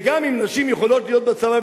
גם אם נשים יכולות להיות בצבא,